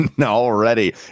Already